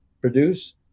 produce